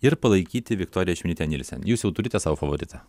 ir palaikyti viktoriją čmilytę nielsen jūs jau turite savo favoritą